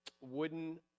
wooden